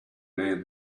man